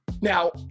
Now